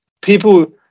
people